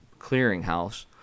clearinghouse